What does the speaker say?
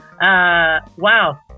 Wow